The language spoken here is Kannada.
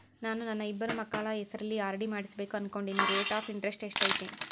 ನಾನು ನನ್ನ ಇಬ್ಬರು ಮಕ್ಕಳ ಹೆಸರಲ್ಲಿ ಆರ್.ಡಿ ಮಾಡಿಸಬೇಕು ಅನುಕೊಂಡಿನಿ ರೇಟ್ ಆಫ್ ಇಂಟರೆಸ್ಟ್ ಎಷ್ಟೈತಿ?